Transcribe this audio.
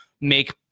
make